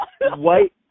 white